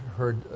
heard